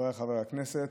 חבריי חברי הכנסת,